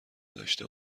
داشته